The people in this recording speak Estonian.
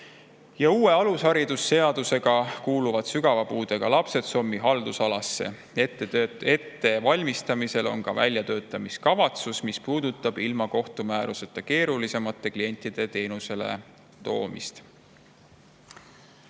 Uue alushariduse seaduse kohaselt kuuluvad sügava puudega lapsed SOM-i haldusalasse. Ettevalmistamisel on ka väljatöötamiskavatsus, mis puudutab ilma kohtumääruseta keerulisemate klientide teenusele toomist.